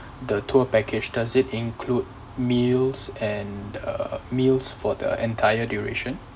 the tour package does it include meals and uh meals for the entire duration